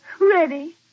Ready